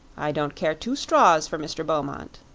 i don't care two straws for mr. beaumont.